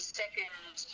second